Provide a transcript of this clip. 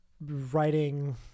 writing